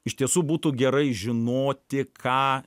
iš tiesų būtų gerai žinoti ką